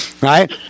right